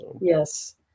Yes